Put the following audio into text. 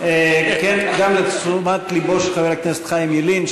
גם לתשומת לבו של חבר הכנסת חיים ילין,